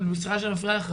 סליחה שאני מפריעה לך,